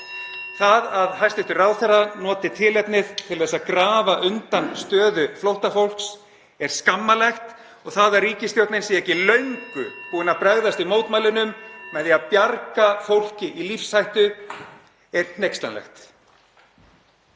Það að hæstv. ráðherra noti tilefnið til þess að grafa undan stöðu flóttafólks er skammarlegt og það að ríkisstjórnin sé ekki löngu búin að bregðast við mótmælunum með því að bjarga fólki í lífshættu er hneykslanlegt.